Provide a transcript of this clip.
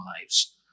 lives